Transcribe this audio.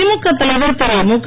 திமுக தலைவர் திரு முக